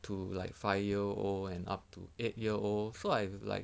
to like five year old and up to eight year old so I like